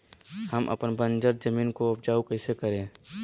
हम अपन बंजर जमीन को उपजाउ कैसे करे?